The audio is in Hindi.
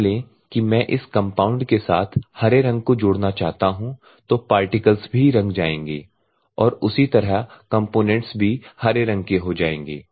मान ले कि मैं इस कम्पाउन्ड के साथ हरे रंग को जोड़ना चाहता हूं तो पार्टिकल्स भी रंग जाएंगे और उसी तरह कंपोनेंट्स भी हरे रंग के हो जाएंगे